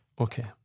Okay